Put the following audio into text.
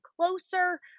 closer